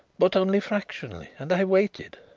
but only fractionally, and i waited.